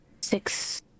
Six